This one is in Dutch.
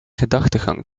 gedachtegang